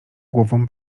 głową